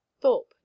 Thorpe